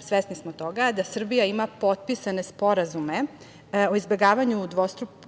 Svesni smo toga da Srbija ima potpisane sporazume o izbegavanju dvostrukog